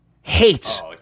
Hates